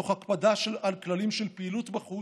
תוך הקפדה על כללים של פעילות בחוץ,